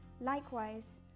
Likewise